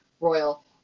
royal